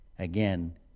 Again